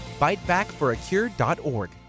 bitebackforacure.org